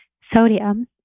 sodium